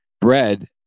bread